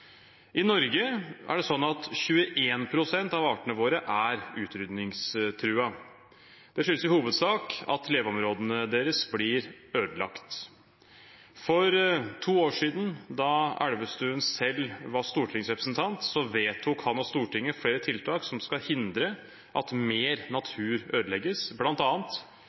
I Norge er 21 pst. av artene våre utryddingstruet. Det skyldes i hovedsak at leveområdene deres blir ødelagt. For to år siden, da statsråd Elvestuen selv var stortingsrepresentant, vedtok han og Stortinget flere tiltak som skal hindre at mer natur ødelegges,